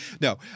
No